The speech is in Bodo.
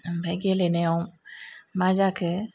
ओमफाय गेलेनायाव मा जाखो